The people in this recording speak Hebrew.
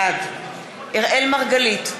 בעד אראל מרגלית,